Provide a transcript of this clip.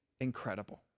incredible